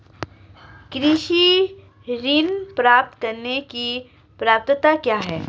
कृषि ऋण प्राप्त करने की पात्रता क्या है?